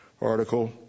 article